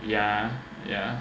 yeah yeah